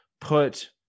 put